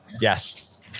Yes